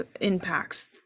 impacts